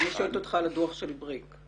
אני שואלת על הדוח של בריק.